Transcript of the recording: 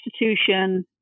institution